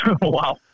Wow